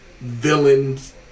villains